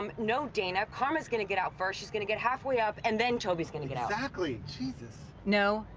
um no dana. k'harma's gonna get out first, she's gonna get halfway up, and then toby's gonna get out. exactly, jesus. no,